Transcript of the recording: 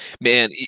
Man